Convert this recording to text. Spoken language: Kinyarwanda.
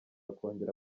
kongera